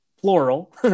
plural